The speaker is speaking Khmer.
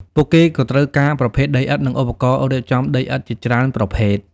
ពួកគេក៏ត្រូវការប្រភេទដីឥដ្ឋនិងឧបករណ៍រៀបចំដីឥដ្ឋជាច្រើនប្រភេទ។